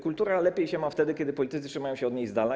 Kultura lepiej się ma wtedy, kiedy politycy trzymają się od niej z dala.